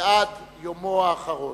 ועד יומו האחרון.